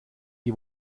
die